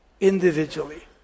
Individually